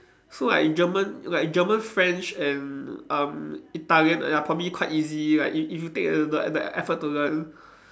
so like in German like German French and um Italian are probably quite easy like if if you take the the effort to learn